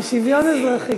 בשוויון אזרחי.